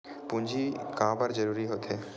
पूंजी का बार जरूरी हो थे?